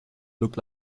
look